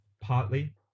partly